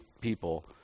people